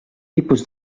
tipus